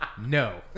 no